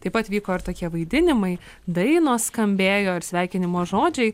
taip pat vyko ir tokie vaidinimai dainos skambėjo ir sveikinimo žodžiai